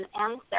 answer